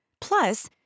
Plus